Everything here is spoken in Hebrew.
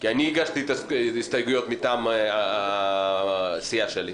כי אני הגשתי את הסתייגויות מטעם הסיעה שלי,